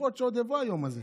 יכול להיות שעוד יבוא היום הזה.